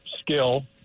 skill